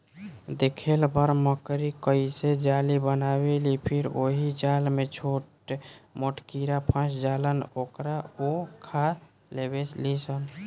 देखेल बड़ मकड़ी कइसे जाली बनावेलि फिर ओहि जाल में छोट मोट कीड़ा फस जालन जेकरा उ खा लेवेलिसन